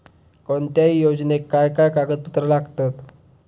कोणत्याही योजनेक काय काय कागदपत्र लागतत?